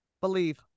Believe